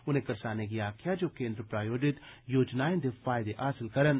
उनें करसानें गी आखेआ जे ओह् केन्द्र प्रायोजित योजनाएं दे फायदे हासल करन